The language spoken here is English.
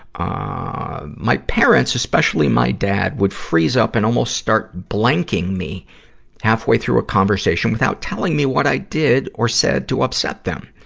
ah my parents, especially my dad, would freeze up and almost start blanking me halfway through a conversation without telling me what i did or said to upset them.